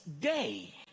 day